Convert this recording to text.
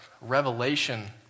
revelation